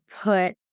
put